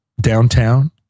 downtown